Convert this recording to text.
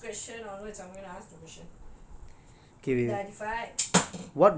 okay your question I okay from next question onwards I'm going to ask the question